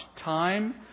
time